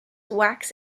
wax